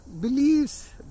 believes